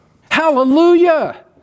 Hallelujah